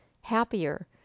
happier